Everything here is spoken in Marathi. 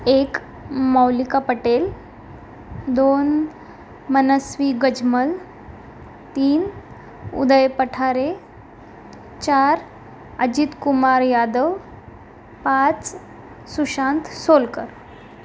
एक मौलिका पटेल दोन मनस्वी गजमल तीन उदय पठारे चार अजितकुमार यादव पाच सुशांत सोलकर